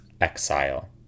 exile